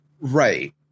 Right